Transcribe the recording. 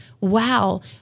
wow